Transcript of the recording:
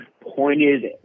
pointed